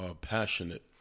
passionate